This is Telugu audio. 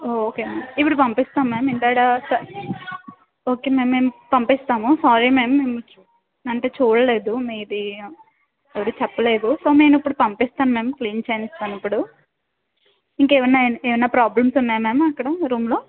ఓకే అండి ఇప్పుడు పంపిస్తాము మ్యామ్ ఇందాక ఓకే మ్యామ్ మేము పంపిస్తాము సారీ మ్యామ్ అంటే చూడలేదు మీది ఎవరు చెప్పలేదు సో నేను ఇప్పుడు పంపిస్తాను మ్యామ్ క్లీన్ చేయిస్తాను ఇప్పుడు ఇంకేమన్నా ఏమన్నా ప్రొబ్లెమ్స్ ఉన్నాయా మ్యామ్ అక్కడ రూమ్లో